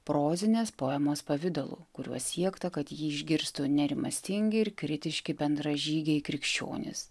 prozinės poemos pavidalu kuriuo siekta kad jį išgirstų nerimastingi ir kritiški bendražygiai krikščionys